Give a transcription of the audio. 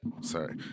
sorry